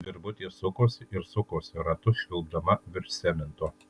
virvutė sukosi ir sukosi ratu švilpdama virš cemento